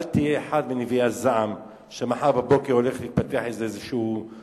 אל תהיה אחד מנביאי הזעם שמחר בבוקר הולך לפתח איזו מלחמה.